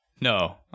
no